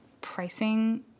pricing